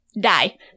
die